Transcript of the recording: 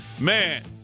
Man